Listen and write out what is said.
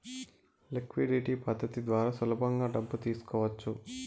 liquidity పద్ధతి ద్వారా సులభంగా డబ్బు తీసుకోవచ్చు